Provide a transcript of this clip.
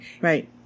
Right